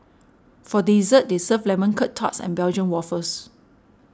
for dessert they serve Lemon Curt Tarts and Belgium Waffles